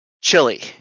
Chili